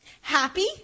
happy